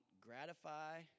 gratify